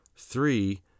Three